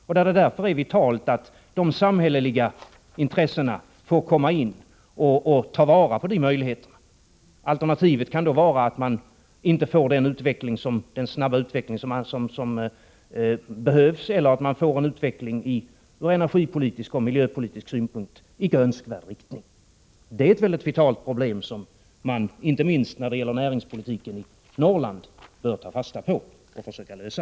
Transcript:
Det är därför vitalt att de samhälleliga intressena får komma in och ta vara på de möjligheterna. Alternativet kan då vara att man inte får den snabba utveckling som behövs eller att man får en utveckling i ur energipolitisk och miljöpolitisk synpunkt icke önskvärd riktning. Det är ett mycket vitalt problem, som man — inte minst när det gäller näringspolitiken i Norrland — bör ta fasta på och försöka lösa.